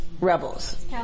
rebels